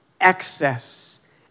excess